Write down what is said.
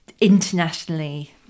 internationally